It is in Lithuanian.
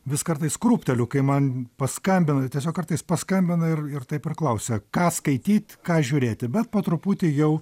vis kartais krūpteliu kai man paskambina tiesiog kartais paskambina ir ir taip ir klausia ką skaityt ką žiūrėti bet po truputį jau